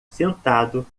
sentado